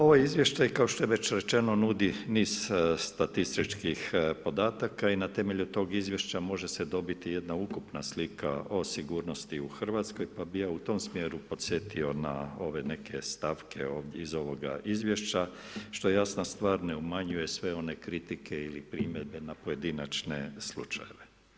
Ovaj izvještaj kao što je već rečeno nudi niz statističkih podataka i na temelju tog izvješća može se dobiti jedna ukupna slika o sigurnosti u Hrvatskoj, pa bih ja u tom smjeru podsjetio na ove neke stavke iz ovoga izvješća što jasna stvar ne umanjuje sve one kritike ili primjedbe na pojedinačne slučajeve.